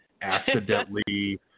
accidentally